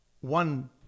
one